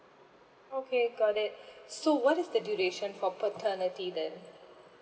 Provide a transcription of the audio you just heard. okay got it so what is the duration for paternity leave